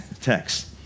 text